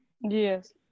Yes